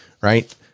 right